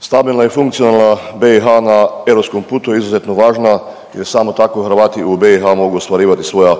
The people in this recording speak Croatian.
Stabilna i funkcionalna BiH na europskom putu je izuzetno važna jer samo tako, Hrvati u BiH mogu ostvarivati svoja